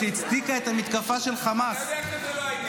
שהצדיקה את המתקפה של חמאס -- אתה יודע שזה לא העניין.